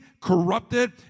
corrupted